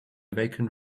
vacant